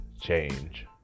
change